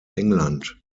england